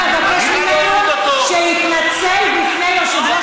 קרה פה משהו שלא ייעשה, חבר כנסת קרא ליו"ר